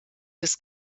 des